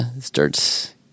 starts